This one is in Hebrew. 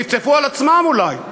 צפצפו על עצמם אולי.